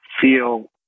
feel